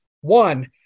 One